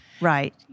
Right